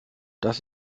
das